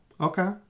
Okay